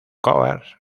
covers